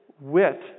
wit